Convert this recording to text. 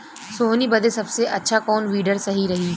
सोहनी बदे सबसे अच्छा कौन वीडर सही रही?